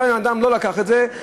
גם אם אדם לא לקח את זה,